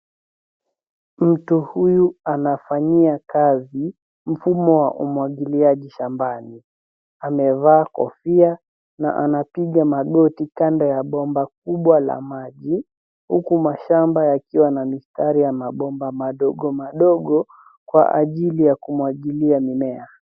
Mtu huyu anafanyia kazi mfumo wa umwagiliaji maji shambani, amevaa kofia na anapiga magoti kando ya bomba kubwa la maji, huku mashamba yakiwa na mistari ya mabomba madogo madogo, kwa ajili ya kumwagilia mimea.